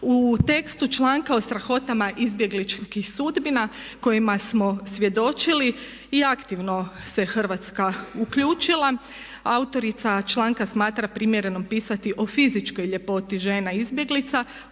U tekstu članka o strahotama izbjegličkih sudbina kojima smo svjedočili i aktivno se Hrvatska uključila. Autorica članka smatra primjereno pisati o fizičkoj ljepoti žena izbjeglica